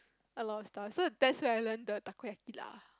a lot of stuff so that's where I learn the Takoyaki lah